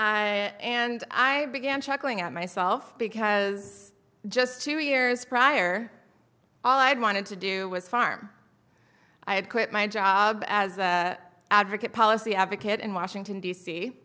side and i began chuckling at myself because just two years prior all i had wanted to do was farm i had quit my job as an advocate policy advocate in washington d